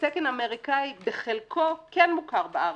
התקן האמריקאי בחלקו כן מוכר בארץ,